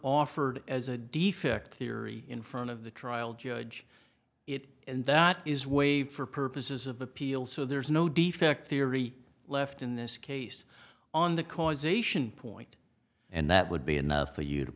offered as a defect theory in front of the trial judge it and that is waived for purposes of appeal so there's no defect theory left in this case on the causation point and that would be enough for you to